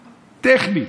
טכנית.